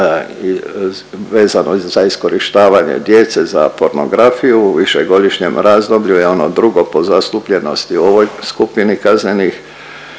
vezano za iskorištavanje djece za pornografiju, u višegodišnjem razdoblju je ono 2. po zastupljenosti u ovoj skupini kaznenih